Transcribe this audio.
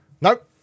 Nope